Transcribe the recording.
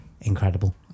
incredible